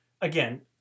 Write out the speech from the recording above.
again